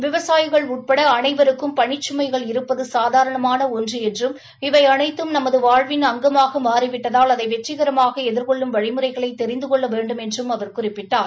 விவசாயிகள் உட்பட அனைவருக்கும் பணிச்சுமைகள் இருப்பது சாதாரணமான ஒன்று என்றும் இவை அனைத்தும் நமது வாழ்வின் அங்கமாக மாறிவிட்டதால் அதை வெற்றிகரமாக எதிர்கொள்ளும் வழிமுறைகளை தெரிந்து கொள்ள வேண்டும் என்றும் அவர் குறிப்பிட்டார்